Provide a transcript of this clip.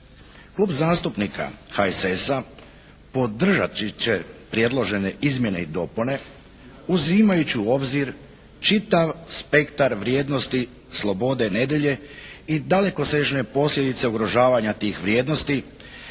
Klub zastupnika HSS-a podržati će predložene izmjene i dopune uzimajući u obzir čitav spektar vrijednosti slobode nedjelje i dalekosežne posljedice ugrožavanja tih vrijednosti